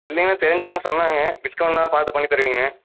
இல்லிங்கணா தெரிஞ்சவங்க சொன்னாங்க டிஸ்கௌண்ட் எல்லாம் பார்த்து பண்ணி தருவிங்கனு